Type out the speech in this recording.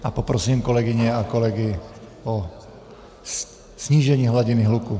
A poprosím kolegyně a kolegy o snížení hladiny hluku.